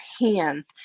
hands